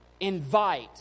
invite